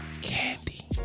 Candy